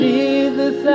Jesus